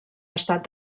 estat